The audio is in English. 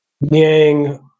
Yang